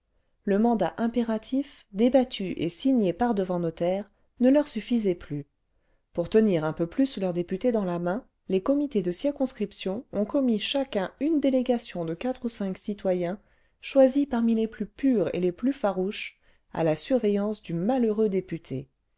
le mandat impératif débattu et signé par-devant notaire ne leur suffisaitplus pour tenir un peu plus leur député dans la main les comités de circonscription ont commis chacun une délégation de quatre ou cinq citoyens choisis parmi les plus purs et les plus farouches à la surveillance du malheureux député